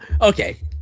okay